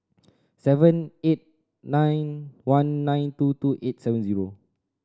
seven eight nine one nine two two eight seven zero